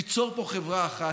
ליצור פה חברה אחת.